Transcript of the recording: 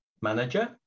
Manager